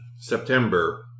September